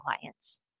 clients